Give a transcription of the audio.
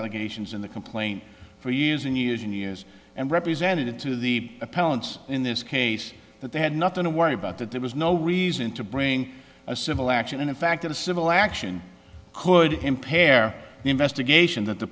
allegations in the complaint for years and years and years and represented to the appellants in this case that they had nothing to worry about that there was no reason to bring a civil action and in fact in a civil action could impair the investigation that the